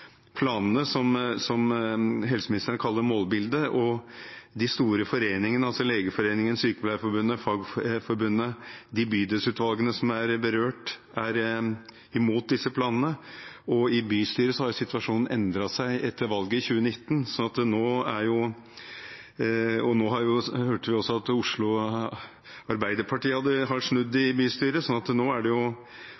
planene som helseministeren kaller målbildet. De store foreningene – altså Legeforeningen, Sykepleierforbundet, Fagforbundet – og de bydelsutvalgene som er berørt, er imot disse planene. Og i bystyret har situasjonen endret seg etter valget i 2019. Jeg hørte at Oslo Arbeiderparti har snudd i bystyret, så nå er det jo